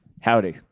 Howdy